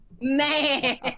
Man